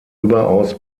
überaus